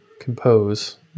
Compose